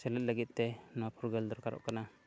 ᱥᱮᱞᱮᱫ ᱞᱟᱹᱜᱤᱫ ᱛᱮ ᱱᱚᱣᱟ ᱯᱷᱩᱨᱜᱟᱹᱞ ᱫᱚᱨᱠᱟᱨᱚᱜ ᱠᱟᱱᱟ